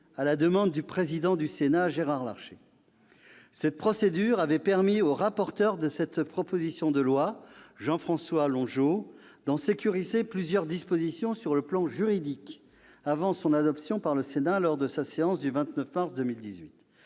à la demande du président du Sénat, Gérard Larcher. Cette procédure avait permis au rapporteur de la proposition de loi, Jean-François Longeot, de sécuriser plusieurs dispositions sur le plan juridique, avant l'adoption du texte par le Sénat lors de sa séance du 29 mars 2018.